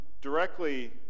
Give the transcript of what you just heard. directly